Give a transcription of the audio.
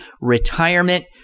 retirement